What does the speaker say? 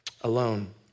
alone